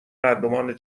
مردمان